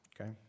okay